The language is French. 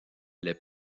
les